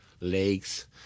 lakes